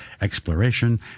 exploration